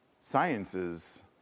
Science's